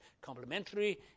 complementary